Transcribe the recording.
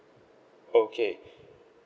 okay